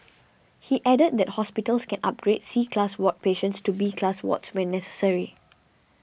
he added that hospitals can upgrade C class ward patients to B class wards when necessary